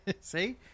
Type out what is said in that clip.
see